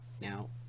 Now